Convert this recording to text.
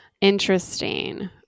Interesting